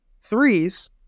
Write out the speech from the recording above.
threes